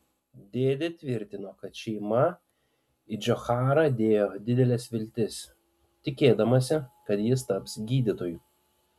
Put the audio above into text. dėdė tvirtino kad šeima į džocharą dėjo dideles viltis tikėdamasi kad jis taps gydytoju